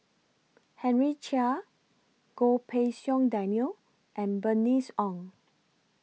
Henry Chia Goh Pei Siong Daniel and Bernice Ong